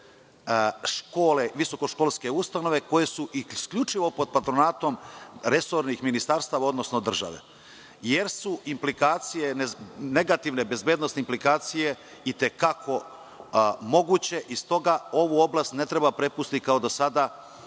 stručne visokoškolske ustanove koje su isključivo pod patronatom resornih ministarstava, odnosno države, jer su negativne bezbednosne implikacije i te kako moguće i stoga ovu oblast ne treba prepustiti kao do sada